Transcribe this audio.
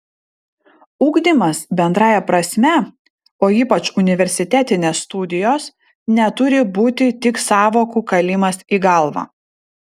ugdymas bendrąja prasme o ypač universitetinės studijos neturi būti tik sąvokų kalimas į galvą